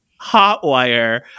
Hotwire